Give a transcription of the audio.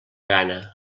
gana